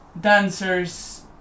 dancers